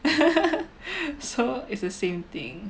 so it's the same thing